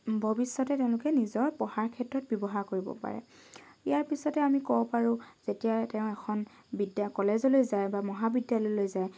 ভৱিষ্যতে তেওঁলোকে নিজৰ পঢ়া ক্ষেত্ৰত ব্যৱহাৰ কৰিব পাৰে ইয়াৰ পিছতে আমি ক'ব পাৰো যেতিয়া তেওঁ এখন বিদ্যা যেতিয়া কলেজলৈ যায় বা মহাবিদ্যালয়লৈ যায়